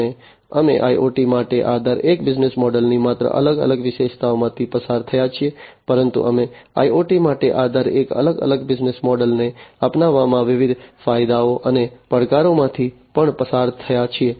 અને અમે IoT માટે આ દરેક બિઝનેસ મૉડલની માત્ર અલગ અલગ વિશેષતાઓમાંથી પસાર થયા છીએ પરંતુ અમે IoT માટે આ દરેક અલગ અલગ બિઝનેસ મૉડલને અપનાવવામાં વિવિધ ફાયદાઓ અને પડકારોમાંથી પણ પસાર થયા છીએ